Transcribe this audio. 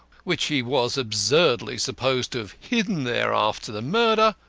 which he was absurdly supposed to have hidden there after the murder,